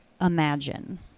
Imagine